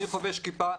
אני חובש כיפה,